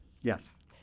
Yes